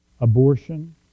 abortion